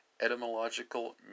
etymological